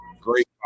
Great